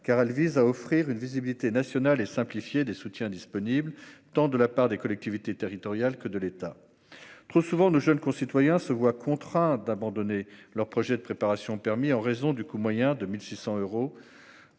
car elle vise à offrir une visibilité nationale et simplifiée sur les soutiens disponibles de la part tant des collectivités territoriales que de l'État. Trop souvent, nos jeunes concitoyens se voient contraints d'abandonner leur projet de préparation au permis en raison du coût moyen de 1 600 euros